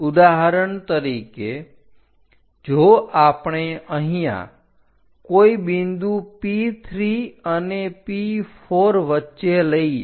ઉદાહરણ તરીકે જો આપણે અહીંયા કોઈ બિંદુ P3 અને P4 વચ્ચે લઈએ